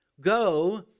go